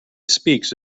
speaks